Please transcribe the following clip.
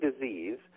disease